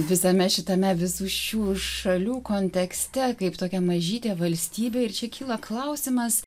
visame šitame visų šių šalių kontekste kaip tokia mažytė valstybė ir čia kyla klausimas